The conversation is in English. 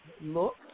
look